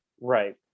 Right